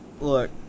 look